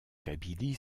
kabylie